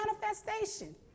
manifestation